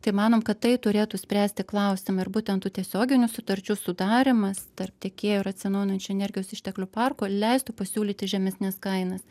tai manom kad tai turėtų spręsti klausimą ir būtent tų tiesioginių sutarčių sudarymas tarp tiekėjo ir atsinaujinančių energijos išteklių parko leistų pasiūlyti žemesnes kainas